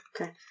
Okay